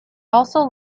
also